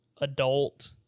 adult